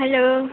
hello